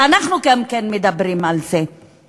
וגם אנחנו מדברים על זה,